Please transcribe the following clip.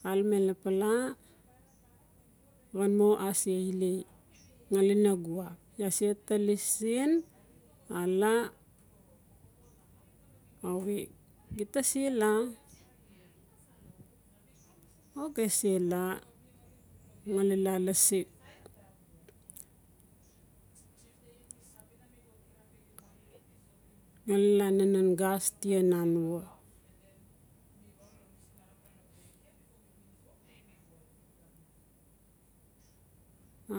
xalame lapala xan mo ase ilei ngali na giwa iaa se tali siin ala awe gita se la? O ge sela ngali laa lasi gelu la nanan gas tia nanua